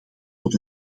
tot